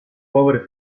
povere